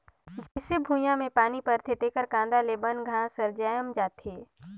जईसे भुइयां में पानी परथे तेकर कांदा ले बन घास हर जायम जाथे